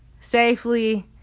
safely